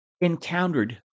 encountered